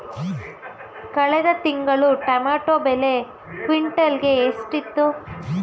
ಕಳೆದ ತಿಂಗಳು ಟೊಮ್ಯಾಟೋ ಬೆಲೆ ಕ್ವಿಂಟಾಲ್ ಗೆ ಎಷ್ಟಿತ್ತು?